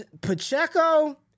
Pacheco